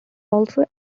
also